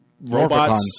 robots